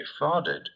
defrauded